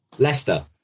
Leicester